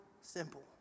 simple